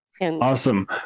Awesome